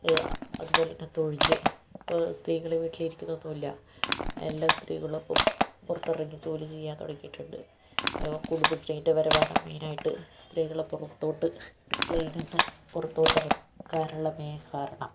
അതുപോലെത്തന്നെ തൊഴിൽ ഇപ്പോൾ സ്ത്രീകൾ വീട്ടിൽ ഇരിക്കുന്നൊന്നുമില്ല എല്ലാ സ്ത്രീകളും ഇപ്പം പുറത്തിറങ്ങി ജോലി ചെയ്യാൻ തുടങ്ങിയിട്ടുണ്ട് കുടുംബശ്രീൻ്റെ വരവാണ് മെയിനായിട്ട് സ്ത്രീകളെ പുറത്തോട്ട് അടുക്കളയിൽ നിന്ന് പുറത്തോട്ട് ഇറക്കാനുള്ള മെയിൻ കാരണം